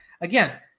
again